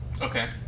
Okay